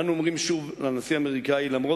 אנו אומרים שוב לנשיא האמריקני: למרות